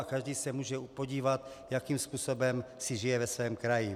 Každý se může podívat, jakým způsobem si žije ve svém kraji.